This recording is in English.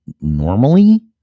normally